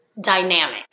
dynamic